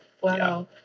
Wow